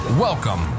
Welcome